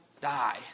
die